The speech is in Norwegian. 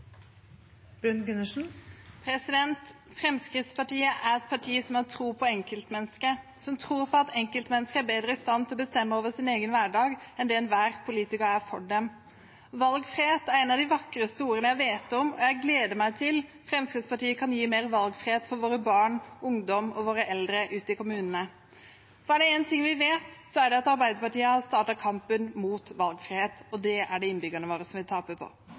framtiden. Fremskrittspartiet er partiet som har tro på enkeltmennesket, som tror på at enkeltmennesker er bedre i stand til å bestemme over sin egen hverdag enn det enhver politiker er til å bestemme for dem. Valgfrihet er et av de vakreste ordene jeg vet om, og jeg gleder meg til Fremskrittspartiet kan gi mer valgfrihet til våre barn, ungdom og eldre ute i kommunene. Er det én ting vi vet, er det at Arbeiderpartiet har startet kampen mot valgfrihet, og det er det innbyggerne våre som vil tape på.